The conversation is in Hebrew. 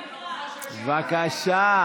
התחבורה הציבורית התייקרה, בבקשה.